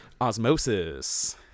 osmosis